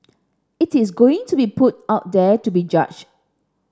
it is going to be put out there to be judged